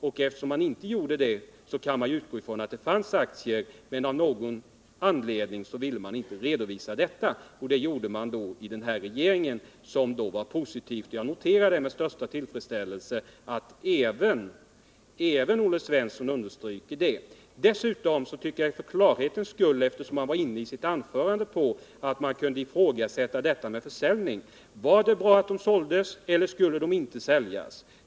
När de inte gjorde det, kan man väl utgå från att det fanns aktier men att de av någon anledning inte ville redovisa dessa. Det gjorde däremot den nuvarande regeringen, något som alltså var positivt. Jag noterar med största tillfredsställelse att även Olle Svensson understryker detta. i Dessutom tycker jag att Olle Svensson för klarhetens skull, eftersom han i sitt anförande var inne på att man kunde ifrågasätta försäljningen av aktierna bör svara på min fråga. Var det bra att de såldes? Eller skulle de inte säljas?